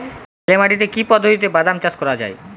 বেলে মাটিতে কি পদ্ধতিতে বাদাম চাষ করা যায়?